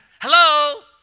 hello